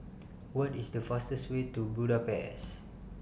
What IS The fastest Way to Budapest